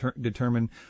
determine